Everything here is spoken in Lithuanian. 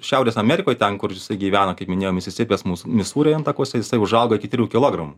šiaurės amerikoj ten kur jisai gyvena kaip minėjau misisipės misūrio intakuose jisai užauga iki trijų kilogramų